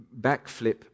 backflip